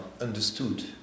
understood